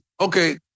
Okay